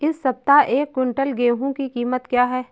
इस सप्ताह एक क्विंटल गेहूँ की कीमत क्या है?